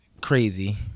Crazy